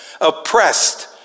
oppressed